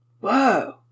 Whoa